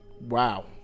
Wow